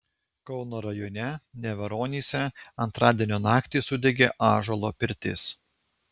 kauno rajone neveronyse antradienio naktį sudegė ąžuolo pirtis